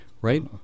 right